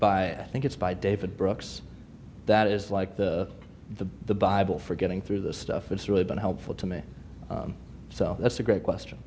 by i think it's by david brooks that is like the the the bible for getting through this stuff it's really been helpful to me so that's a great question